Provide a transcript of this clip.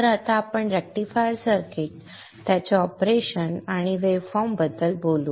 तर आता आपण रेक्टिफायर सर्किट त्याचे ऑपरेशन आणि वेव्ह फॉर्म बद्दल बोलू